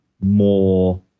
more